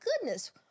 goodness